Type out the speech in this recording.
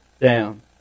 down